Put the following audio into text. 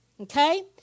okay